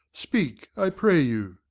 speak, i pray you.